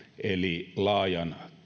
eli laaja